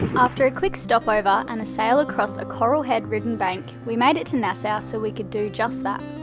after a quick stop over and a sail across a coral head ridden bank we made it to nassau so we can do just that.